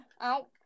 out